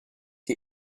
die